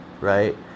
right